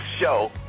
show